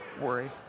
worry